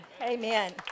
amen